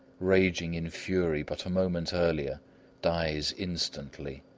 raging in fury but a moment earlier dies instantly.